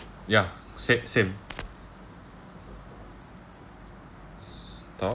ya same same st~